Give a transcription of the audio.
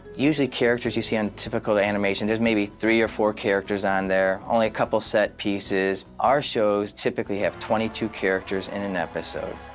usually characters you see on typical animation, there's maybe three or four characters on there, only a couple set pieces. our shows typically have twenty two characters in an episode,